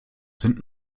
sind